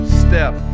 step